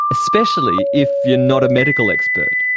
especially if you're not a medical expert.